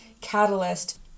catalyst